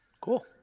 Cool